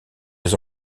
les